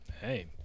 Hey